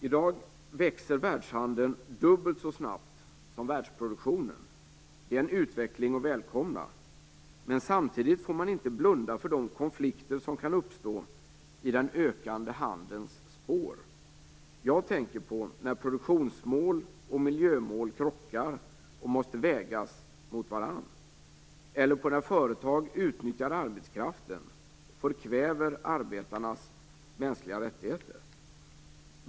I dag växer världshandeln dubbelt så snabbt som världsproduktionen. Det är en utveckling att välkomna. Men samtidigt får man inte blunda för de konflikter som kan uppstå i den ökande handelns spår. Jag tänker på när produktionsmål och miljömål krockar och måste vägas mot varandra eller när företag utnyttjar arbetskraften och förkväver arbetarnas mänskliga rättigheter.